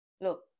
look